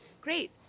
great